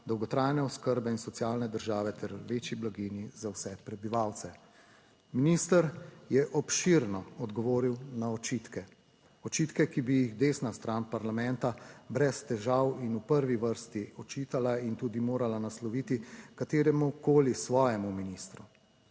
dolgotrajne oskrbe in socialne države ter večji blaginji za vse prebivalce. Minister je obširno odgovoril na očitke, očitke, ki bi jih desna stran parlamenta brez težav in v prvi vrsti očitala **23. TRAK: (JJ) – 10.50** (nadaljevanje) in tudi morala nasloviti kateremukoli svojemu ministru.